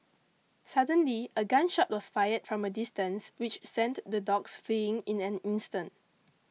suddenly a gun shot was fired from a distance which sent the dogs fleeing in an instant